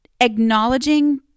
acknowledging